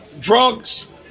drugs